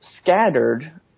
scattered